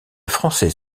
français